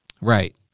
Right